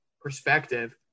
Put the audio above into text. perspective